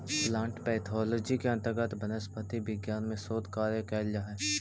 plant pathology के अंतर्गत वनस्पति विज्ञान में शोध कार्य कैल जा हइ